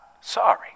sorry